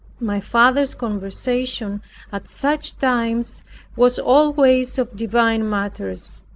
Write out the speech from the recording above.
my father's conversation at such times was always of divine matters,